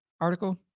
article